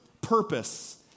purpose